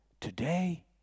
today